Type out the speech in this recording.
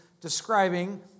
describing